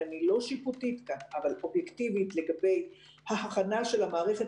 ואני לא שיפוטית כאן אבל אובייקטיבית לגבי ההכנה של המערכת